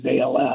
ALS